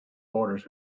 borders